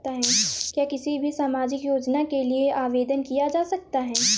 क्या किसी भी सामाजिक योजना के लिए आवेदन किया जा सकता है?